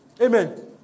Amen